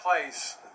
place